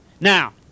Now